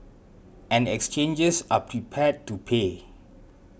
and exchanges are prepared to pay